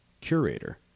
curator